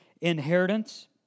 inheritance